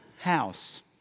house